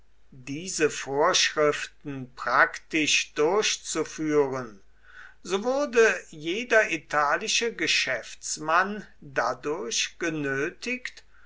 diese vorschriften praktisch durchzuführen so wurde jeder italische geschäftsmann dadurch genötigt